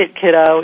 kiddo